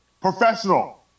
Professional